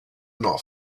not